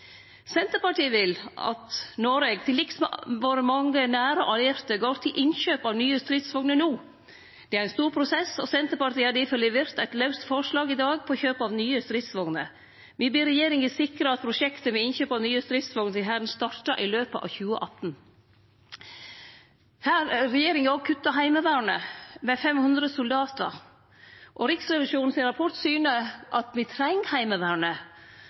Senterpartiet vil at Noreg, til liks med våre mange nære allierte, går til innkjøp av nye stridsvogner no. Det er ein stor prosess, og Senterpartiet har difor levert eit forslag i dag om kjøp av nye stridsvogner. Me ber regjeringa sikre at prosjektet med innkjøp av nye stridsvogner til Hæren startar i løpet av 2018. Regjeringa har òg kutta i Heimevernet med 5 000 soldatar. Rapporten frå Riksrevisjonen syner at me treng Heimevernet.